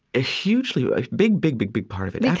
ah hugely, a big, big, big, big part of it. yeah